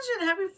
Happy